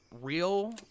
real